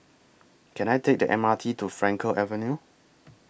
Can I Take The M R T to Frankel Avenue